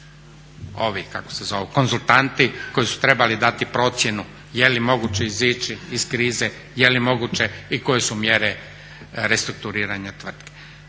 ovi kako se zovu, konzultanti koji su trebali dati procjenu je li moguće izići iz krize, je li moguće i kaje su mjere restrukturiranja tvrtke.